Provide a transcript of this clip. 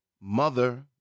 mother